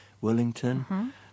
Wellington